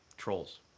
trolls